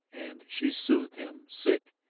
and she soothed him sick,